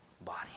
body